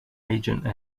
agent